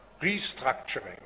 restructuring